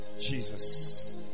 Jesus